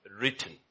written